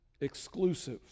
exclusive